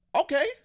Okay